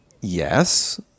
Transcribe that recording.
yes